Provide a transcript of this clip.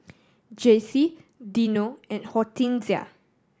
Jacey Dino and Hortensia